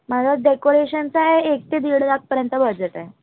माझं डेकोरेशनचं आहे एक ते दीड लाखपर्यंत बजेट आहे